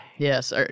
Yes